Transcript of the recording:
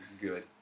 good